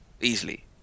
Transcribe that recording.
Easily